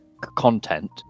content